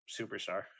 superstar